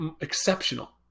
exceptional